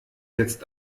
jetzt